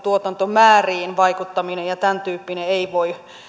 tuotantomääriin vaikuttaminen ja tämäntyyppinen ei voi